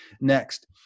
Next